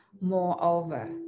Moreover